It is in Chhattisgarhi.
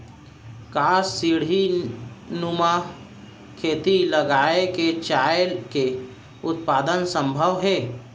का सीढ़ीनुमा खेती लगा के चाय के उत्पादन सम्भव हे?